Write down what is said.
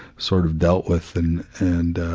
sort of dealt with and, and ah,